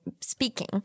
speaking